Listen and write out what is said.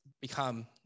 become